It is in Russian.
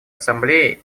ассамблее